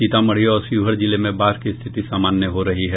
सीतामढ़ी और शिवहर जिले में बाढ़ की स्थिति सामान्य हो रही है